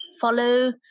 follow